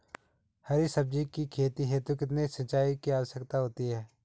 हरी सब्जी की खेती हेतु कितने सिंचाई की आवश्यकता होती है?